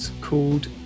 called